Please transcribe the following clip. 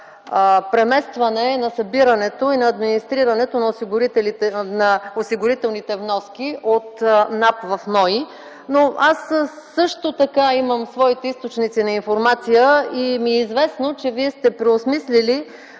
за преместване на събирането и на администрирането на осигурителните вноски от НАП в НОИ, но аз също така имам своите източници на информация. Известно ми е, че Вие сте преосмислили